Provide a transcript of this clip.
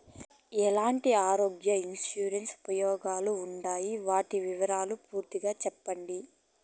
ఎట్లాంటి ఆరోగ్య ఇన్సూరెన్సు ఉపయోగం గా ఉండాయి వాటి వివరాలు పూర్తిగా సెప్పండి?